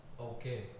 Okay